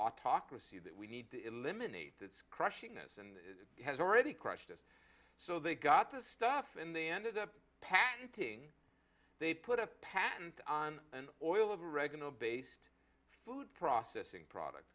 autocracy that we need to eliminate that's crushing us and has already crushed us so they got the stuff and they ended up patenting they put a patent on an oil of oregano based food processing product